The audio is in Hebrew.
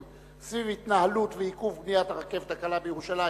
סביב ההתנהלות והעיכוב בבניית הרכבת הקלה בירושלים,